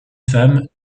femme